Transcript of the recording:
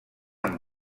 amb